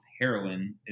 heroin